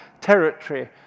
territory